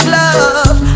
love